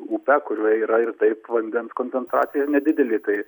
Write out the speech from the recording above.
upę kurioj yra ir taip vandens koncentracija nedidelė tai